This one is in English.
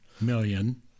million